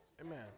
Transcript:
Amen